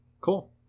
Cool